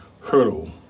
hurdle